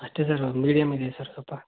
ಅಷ್ಟೇ sir one medium ಇದೆ sir ಸ್ವಲ್ಪ